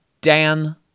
Dan